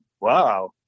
Wow